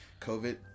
COVID